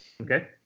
Okay